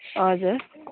हजुर